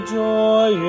joy